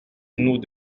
nous